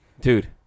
Dude